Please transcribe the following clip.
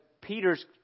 Peter's